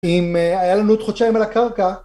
אם היה לנו עוד חודשיים על הקרקע